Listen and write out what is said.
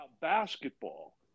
basketball